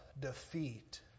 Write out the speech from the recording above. defeat